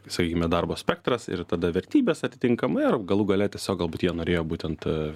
sakykime darbo spektras ir tada vertybės atitinkamai ir galų gale tiesiog galbūt jie norėjo būtent